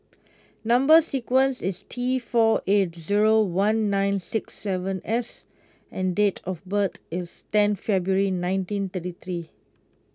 Number Sequence is T four eight zero one nine six seven S and date of birth is ten February nineteen thirty three